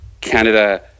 Canada